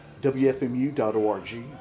WFMU.org